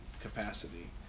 capacity